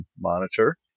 monitor